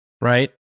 Right